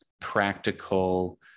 practical